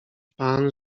pan